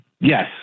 Yes